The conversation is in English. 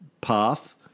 path